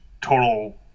total